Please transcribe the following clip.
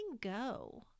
go